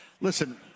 Listen